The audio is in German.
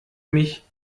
mich